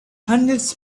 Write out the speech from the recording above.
hundreds